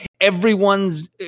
everyone's